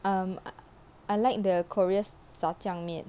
um I like the korea's 炸酱面